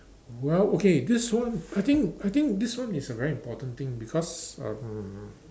well okay this one I think I think this one is a very important thing because um